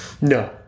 no